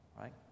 right